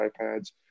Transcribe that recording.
iPads